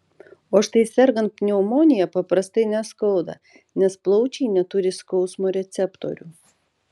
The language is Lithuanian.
o štai sergant pneumonija paprastai neskauda nes plaučiai neturi skausmo receptorių